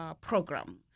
program